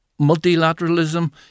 multilateralism